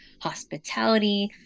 hospitality